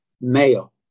male